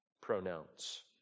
pronouns